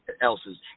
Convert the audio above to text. else's